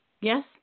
yes